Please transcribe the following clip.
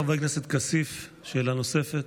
חבר הכנסת כסיף, שאלה נוספת.